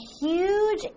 huge